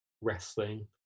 wrestling